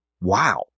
Wow